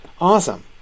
Awesome